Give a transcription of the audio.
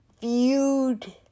viewed